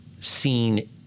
seen